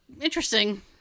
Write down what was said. interesting